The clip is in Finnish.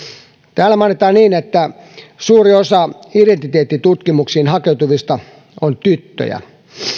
täällä mainitaan että suuri osa identiteettitutkimuksiin hakeutuvista on tyttöjä